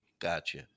Gotcha